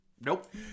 nope